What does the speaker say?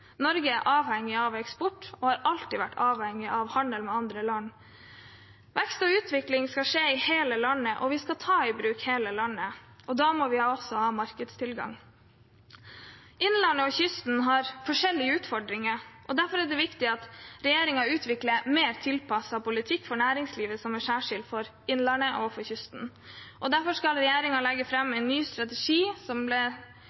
Norge er avhengig av eksport og har alltid vært avhengig av handel med andre land. Vekst og utvikling skal skje i hele landet, og vi skal ta i bruk hele landet. Da må vi også ha markedstilgang. Innlandet og kysten har forskjellige utfordringer, og derfor er det viktig at regjeringen utvikler en mer tilpasset politikk for næringslivet som er særskilt for innlandet og for kysten. Derfor skal regjeringen legge